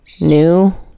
new